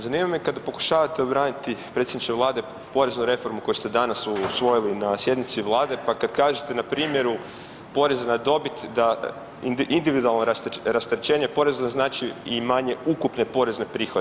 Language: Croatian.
Zanima me kada pokušate obraniti, predsjedniče Vlade, poreznu reformu koju ste danas usvojili na sjednici Vlade, pa kad kažete na primjeru poreza na dobit da individualno rasterećenje poreza znači i manje ukupne porezne prihode.